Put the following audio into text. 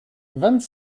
vingt